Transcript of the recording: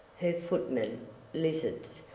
her footmen lizards,